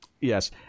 yes